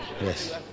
yes